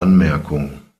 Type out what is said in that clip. anmerkung